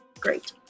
Great